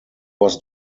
was